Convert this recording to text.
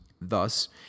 Thus